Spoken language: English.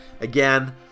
Again